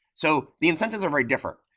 so the incentives are very different.